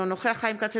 אינו נוכח חיים כץ,